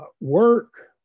work